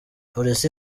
polisi